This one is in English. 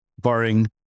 barring